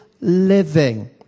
living